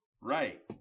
Right